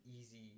easy